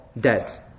dead